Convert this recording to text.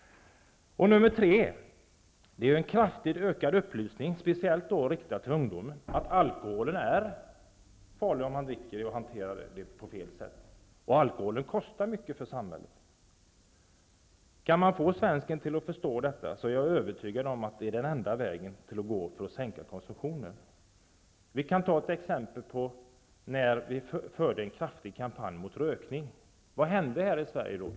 3. En kraftigt ökad upplysning, speciellt riktad till ungdomar, om att alkoholen är farlig om man dricker och hanterar den på fel sätt och om att alkohol kostar mycket för samhället. Kan man få svensken att förstå detta, är jag övertygad om att det är den enda vägen att gå för att minska konsumtionen. Jag kan ta exemplet när vi förde en kraftig kampanj mot rökning. Vad hände här i Sverige då?